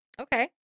Okay